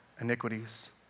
iniquities